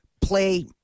play